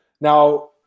Now